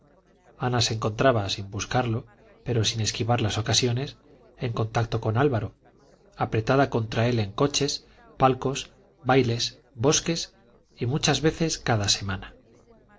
ana se encontraba sin buscarlo pero sin esquivar las ocasiones en contacto con álvaro apretada contra él en coches palcos bailes bosques muchas veces cada semana un